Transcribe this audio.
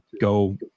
go